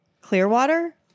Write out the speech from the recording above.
Clearwater